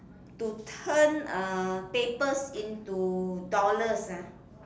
to turn uh papers into dollars ah